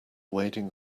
wading